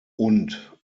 und